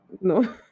No